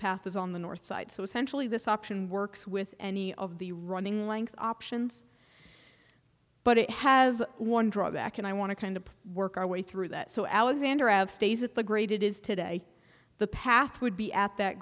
is on the north side so essentially this option works with any of the running length options but it has one drawback and i want to kind of work our way through that so alexander out stays at the graded is today the path would be at that